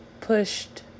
pushed